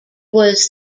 was